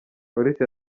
polisi